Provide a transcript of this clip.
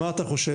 מה אתה חושב?